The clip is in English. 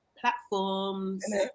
platforms